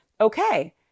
Okay